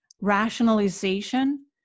rationalization